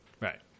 Right